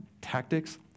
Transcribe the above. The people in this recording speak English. tactics